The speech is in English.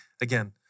again